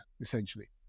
essentially